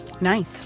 Nice